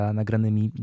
nagranymi